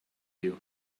you